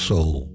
Soul